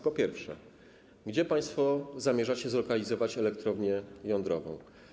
Po pierwsze, gdzie państwo zamierzacie zlokalizować elektrownię jądrową?